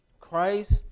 Christ